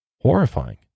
horrifying